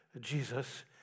Jesus